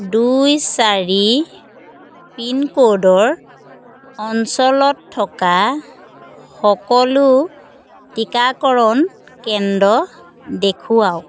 দুই চাৰি পিনক'ডৰ অঞ্চলত থকা সকলো টিকাকৰণ কেন্দ্ৰ দেখুৱাওক